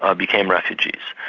ah became refugees.